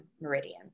meridian